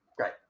Right